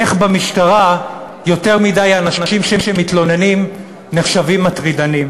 איך במשטרה יותר מדי אנשים שמתלוננים נחשבים מטרידנים?